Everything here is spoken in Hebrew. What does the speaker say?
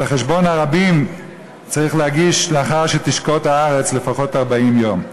את חשבון הרבים צריך להגיש לאחר שתשקוט הארץ לפחות 40 יום.